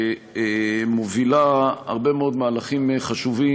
שמובילה הרבה מאוד מהלכים חשובים,